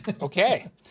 Okay